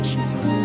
Jesus